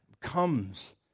comes